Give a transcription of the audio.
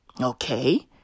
Okay